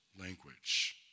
language